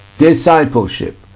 discipleship